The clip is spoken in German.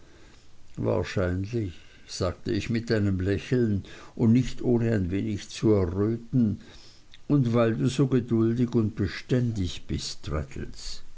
wahrscheinlich sagte ich mit einem lächeln und nicht ohne ein wenig zu erröten und weil du so geduldig und beständig bist